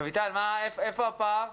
רויטל, איפה הפער?